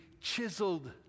chiseled